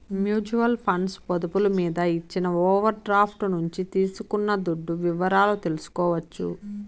mutual funds పొదుపులు మీద ఇచ్చిన ఓవర్ డ్రాఫ్టు నుంచి తీసుకున్న దుడ్డు వివరాలు తెల్సుకోవచ్చు